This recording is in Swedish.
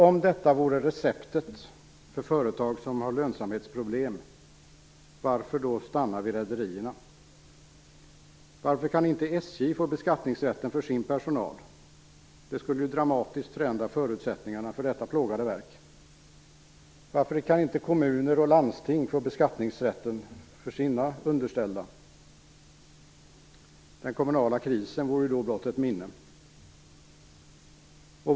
Om detta vore receptet för företag som har lönsamhetsproblem, varför då stanna vid rederierna? Varför kan inte SJ få beskattningsrätten för sin personal? Det skulle dramatiskt förändra förutsättningarna för detta plågade verk. Varför kan inte kommuner och landsting få beskattningsrätten för sina underställda? Den kommunala krisen vore då blott ett minne.